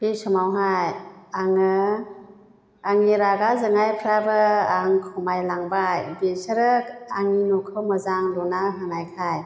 बे समावहाय आङो आंनि रागा जोंनायफ्राबो आं खमायलांबाय बिसोरो आंनि न'खौ मोजां लुना होनायखाय